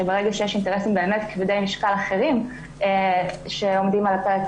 שברגע שיש אינטרסים באמת כבדי משקל אחרים שעומדים על הפרק,